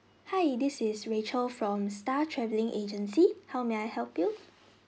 hi this is rachel from star travelling agency how may I help you